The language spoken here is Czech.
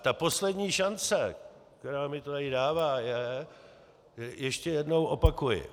Ta poslední šance, která mi to tady dává, je ještě jednou opakuji.